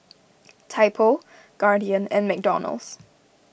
Typo Guardian and McDonald's